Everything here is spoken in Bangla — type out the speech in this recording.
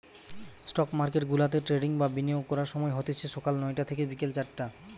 স্টক মার্কেটগুলাতে ট্রেডিং বা বিনিয়োগ করার সময় হতিছে সকাল নয়টা থিকে বিকেল চারটে